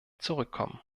zurückkommen